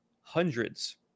hundreds